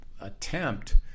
attempt